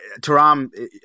Taram